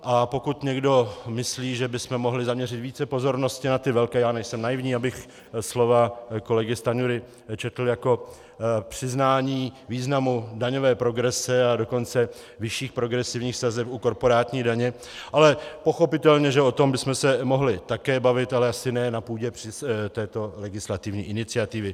A pokud někdo myslí, že bychom mohli zaměřit více pozornosti na ty velké, já nejsem naivní, abych slova kolegy Stanjury četl jako přiznání významu daňové progrese a dokonce vyšších progresivních sazeb u korporátní daně, ale pochopitelně o tom bychom se mohli také bavit, ale asi ne na půdě této legislativní iniciativy.